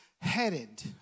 headed